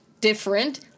different